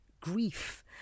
grief